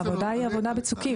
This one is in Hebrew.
העבודה היא עובדה בצוקים.